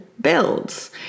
builds